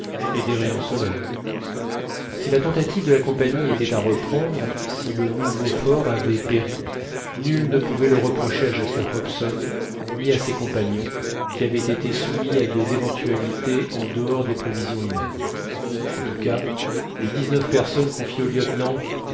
et des rayons solaires si la tentative de la compagnie était à reprendre si le nouveau fort avait péri nul ne pouvait le reprocher à jasper hobson ni à ses compagnons qui avaient été soumis à des éventualités en dehors des prévisions humaines en tout cas des dix-neuf personnes confiées au lieutenant